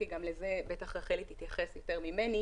גם לזה בטח רחלי תתייחס יותר ממני